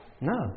No